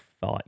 fight